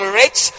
rich